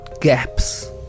gaps